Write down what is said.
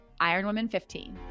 IRONWOMAN15